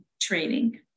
training